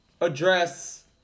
address